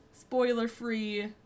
spoiler-free